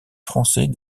français